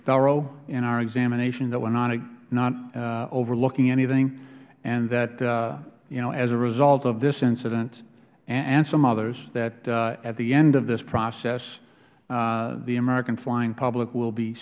thorough in our examination that we're not overlooking anything and that you know as a result of this incident and some others that at the end of this process the american flying public will be